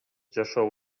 жашоо